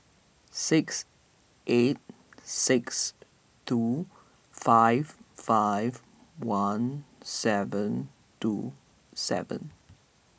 six eight six two five five one seven two seven